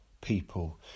people